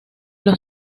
los